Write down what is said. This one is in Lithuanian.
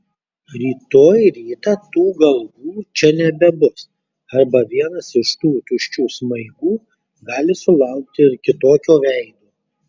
rytoj rytą tų galvų čia nebebus arba vienas iš tų tuščių smaigų gali sulaukti ir kitokio veido